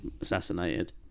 assassinated